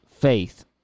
faith